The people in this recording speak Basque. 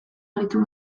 aritu